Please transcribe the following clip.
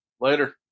Later